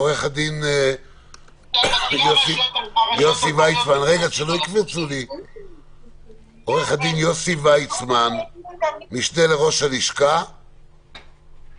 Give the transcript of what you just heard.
עורך-הדין יוסי ויצמן, משנה לראש לשכת